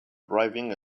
driving